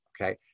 Okay